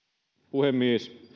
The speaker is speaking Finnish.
puhemies